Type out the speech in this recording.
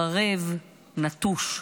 חרב, נטוש.